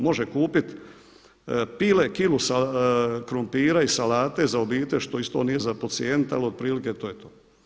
Može kupiti pile, kilu krumpira i salate za obitelj što isto nije za podcijeniti ali otprilike to je to.